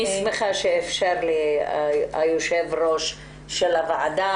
אני שמחה שיושב-ראש הוועדה,